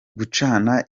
gucana